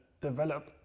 develop